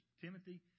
Timothy